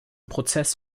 prozess